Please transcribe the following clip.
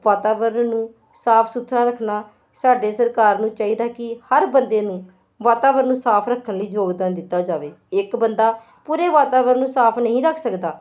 ਵਾਤਾਵਰਨ ਨੂੰ ਸਾਫ ਸੁਥਰਾ ਰੱਖਣਾ ਸਾਡੀ ਸਰਕਾਰ ਨੂੰ ਚਾਹੀਦਾ ਕਿ ਹਰ ਬੰਦੇ ਨੂੰ ਵਾਤਾਵਰਨ ਨੂੰ ਸਾਫ ਰੱਖਣ ਲਈ ਯੋਗਦਾਨ ਦਿੱਤਾ ਜਾਵੇ ਇੱਕ ਬੰਦਾ ਪੂਰੇ ਵਾਤਾਵਰਨ ਨੂੰ ਸਾਫ ਨਹੀਂ ਰੱਖ ਸਕਦਾ